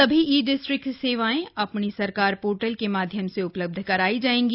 सभी e district की सेवाएं अपणि सरकार पोर्टल के माध्यम से उपलब्ध कराई जायेंगी